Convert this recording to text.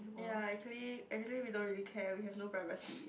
ya actually actually we don't really care we have no privacy